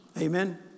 Amen